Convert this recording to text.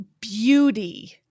beauty